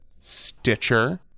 Stitcher